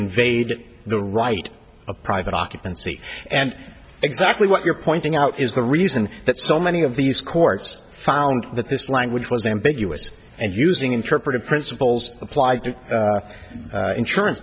invade the right a private occupancy and exactly what you're pointing out is the reason that so many of these courts found that this language was ambiguous and using interpreted principles apply to insurance